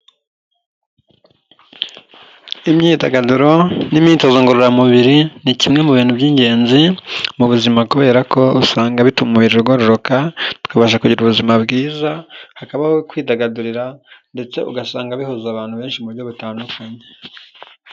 Imyidagaduro n'imyitozo ngororamubiri, ni kimwe mu bintu by'ingenzi, mu buzima kubera ko usanga bituma umubiri ugororoka, tubasha kugira ubuzima bwiza, hakaba aho kwidagadurira ndetse ugasanga bihuza abantu benshi mu buryo butandukanye.